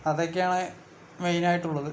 അതൊക്കെയാണ് മെയിനായിട്ടുള്ളത്